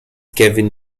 kevin